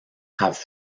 have